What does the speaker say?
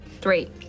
Three